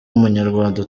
umunyarwanda